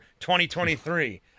2023